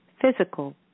physical